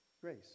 Grace